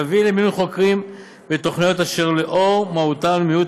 יביא למינוי חוקרים בתוכניות אשר לאור מהותן ומיעוט